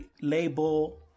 label